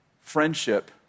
friendship